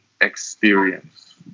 experience